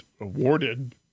awarded